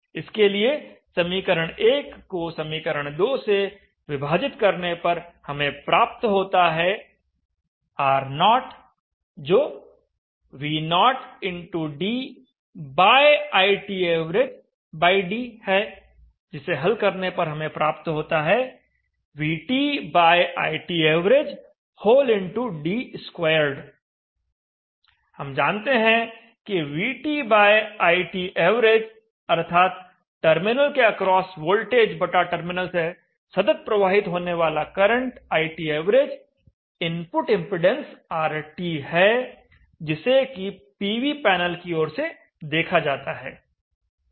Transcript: इसके लिए समीकरण को समीकरण से विभाजित करने पर हमें प्राप्त होता है R0जो ITavd है जिसे हल करने पर हमें प्राप्त होता है VTITavd2 हम जानते हैं कि VTITav अर्थात टर्मिनल के अक्रॉस वोल्टेज बटा टर्मिनल से सतत प्रवाहित होने वाला current ITav input impedance RT है जिसे कि पीवी पैनल की ओर से देखा जाता है